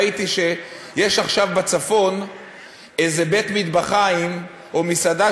ראיתי שיש עכשיו בצפון איזה בית-מטבחיים או מסעדה